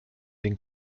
den